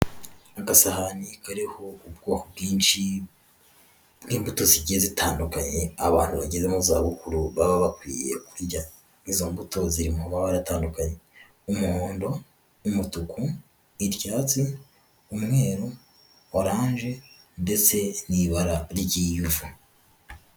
Agasahani kariho ubwoko bwinshi bw'imbuto zigiye zitandukanye, abantu bageze mu zabukuru baba bakwiye kurya, izo mbuto ziri mu mabara atandukanye: umuhondo, umutuku, icyatsi, umweru, oranje ndetse n'ibara ry'ivu.